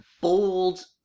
bold